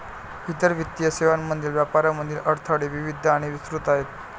इतर वित्तीय सेवांमधील व्यापारातील अडथळे विविध आणि विस्तृत आहेत